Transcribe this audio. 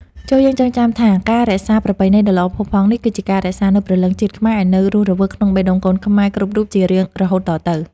ចូរយើងចងចាំថាការរក្សាប្រពៃណីដ៏ល្អផូរផង់នេះ គឺជាការរក្សានូវព្រលឹងជាតិខ្មែរឱ្យនៅរស់រវើកក្នុងបេះដូងកូនខ្មែរគ្រប់រូបជារៀងរហូតតទៅ។